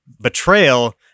betrayal